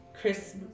Christmas